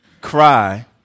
Cry